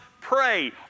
pray